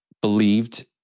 believed